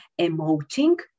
emoting